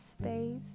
space